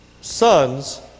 sons